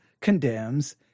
condemns